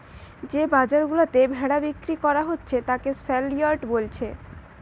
যে বাজার গুলাতে ভেড়া বিক্রি কোরা হচ্ছে তাকে সেলইয়ার্ড বোলছে